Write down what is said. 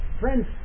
Friends